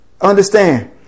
understand